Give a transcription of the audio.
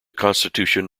constitution